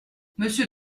monsieur